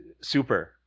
Super